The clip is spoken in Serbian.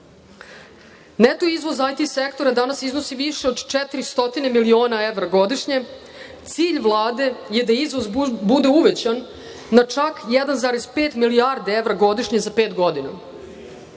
Neto izvoz IT sektora danas iznosi više od 400 miliona evra godišnje. Cilj Vlade je da izvoz bude uvećan na 1,5 milijarde evra godišnje za pet godina.